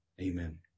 amen